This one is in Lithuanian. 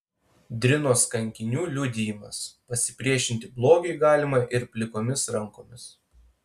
drinos kankinių liudijimas pasipriešinti blogiui galima ir plikomis rankomis